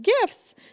gifts